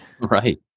Right